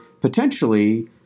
potentially